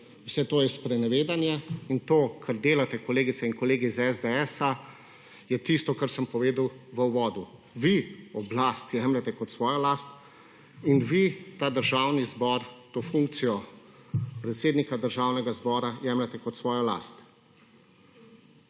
Vse to je sprenevedanje in to kar delate, kolegice in kolegi iz SDS, je tisto kar sem povedal v uvodu, vi oblast jemljete kot svojo last in vi ta Državni zbor, to funkcijo predsednika Državnega zbora jemljete kot svojo last.